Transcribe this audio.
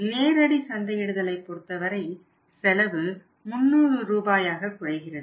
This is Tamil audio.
நேரடி சந்தையிடுதலை பொறுத்தவரை செலவு 300 ரூபாயாக குறைகிறது